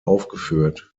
aufgeführt